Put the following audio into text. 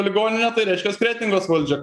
ligoninė tai reiškias kretingos valdžia